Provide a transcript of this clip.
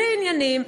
בלי עניינים,